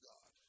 God